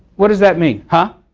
what does that mean, huh?